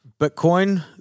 Bitcoin